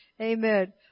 Amen